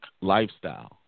lifestyle